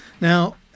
Now